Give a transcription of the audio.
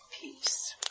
peace